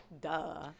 Duh